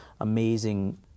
amazing